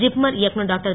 ஜிப்மர் இயக்குனர் டாக்டர்